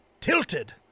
tilted